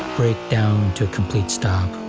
break down to a complete stop.